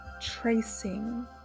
tracing